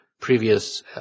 previous